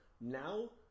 Now